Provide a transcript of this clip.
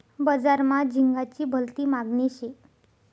बजार मा झिंगाची भलती मागनी शे